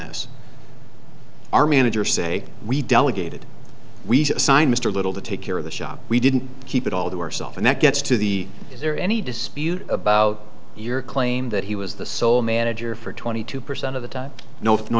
this our manager say we delegated we assigned mr little to take care of the shop we didn't keep it all to ourselves and that gets to the is there any dispute about your claim that he was the sole manager for twenty two percent of the time no